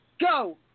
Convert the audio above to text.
go